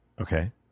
Okay